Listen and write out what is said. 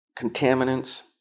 contaminants